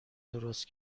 درست